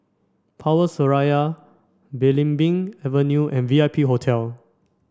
Power Seraya Belimbing Avenue and V I P Hotel